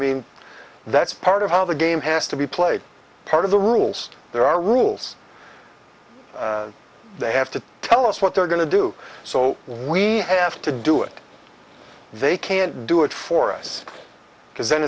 mean that's part of how the game has to be played part of the rules there are rules they have to tell us what they're going to do so we have to do it they can't do it for us because then